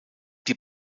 die